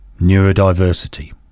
Neurodiversity